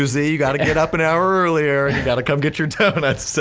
you so you gotta get up an hour earlier, you gotta come get your donuts.